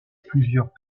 plusieurs